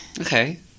Okay